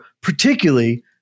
particularly